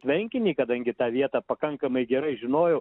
tvenkinį kadangi tą vietą pakankamai gerai žinojau